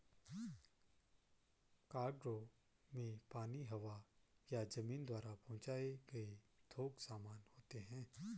cargo में पानी, हवा या जमीन द्वारा पहुंचाए गए थोक सामान होते हैं